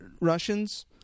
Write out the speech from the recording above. Russians